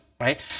right